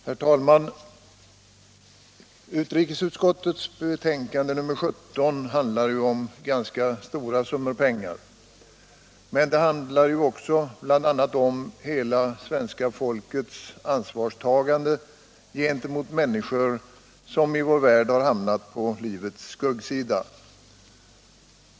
Herr talman! Utrikesutskottets betänkande nr 17 handlar om ganska stora summor pengar. Det handlar också om hela svenska folkets ansvarstagande gentemot människor i vår värld som har hamnat på livets skuggsida.